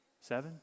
Seven